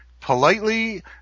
politely